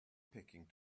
picking